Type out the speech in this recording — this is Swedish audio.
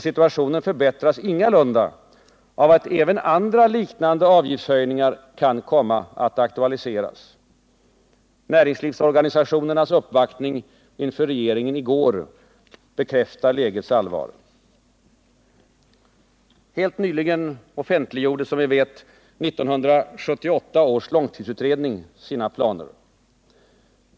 Situationen förbättras ingalunda av att även andra liknande avgiftshöjningar kan komma att aktualiseras. Näringslivsorganisationernas uppvaktning inför regeringen i går bekräftar lägets allvar. Helt nyligen offentliggjordes 1978 års långtidsutredning.